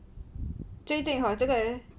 最近好这个